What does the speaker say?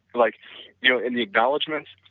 like you know in the acknowledgements,